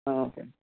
okay